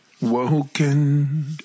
Woken